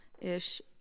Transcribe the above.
ish